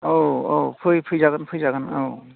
औ औ फै फैजागोन फैजागोन औ